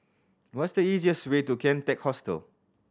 what is the easiest way to Kian Teck Hostel